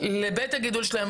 לבית הגידול שלהם,